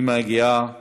היא מגיעה